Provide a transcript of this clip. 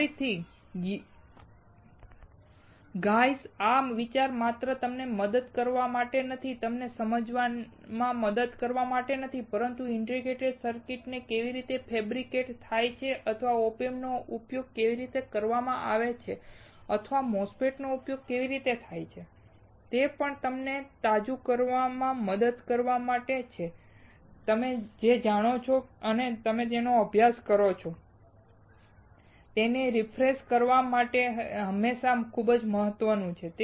ફરીથીગાય્ઝ આ વિચાર માત્ર તમને મદદ કરવા માટે નથી અથવા તમને સમજવામાં મદદ કરવા માટે નથી પરંતુ ઇન્ટિગ્રેટેડ સર્કિટ્સ કેવી રીતે ફેબ્રિકેટ થાય છે અથવા OP Amps ઉપયોગ કેવી રીતે કરવામાં આવે છે અથવા MOSFETS નો ઉપયોગ કેવી રીતે થાય છે તે પણ તમને તાજું કરવામાં મદદ કરવા માટે છે તમે જે જાણો છો અને તમે જે અભ્યાસ કર્યો છે તેને રિફ્રેશ કરતા રહેવું હંમેશાં ખૂબ મહત્વનું છે